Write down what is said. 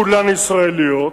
כולן ישראליות.